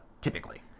typically